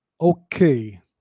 Okay